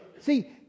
See